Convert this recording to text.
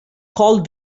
called